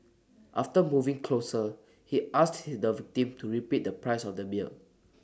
after moving closer he asked hit the victim to repeat the price of the beer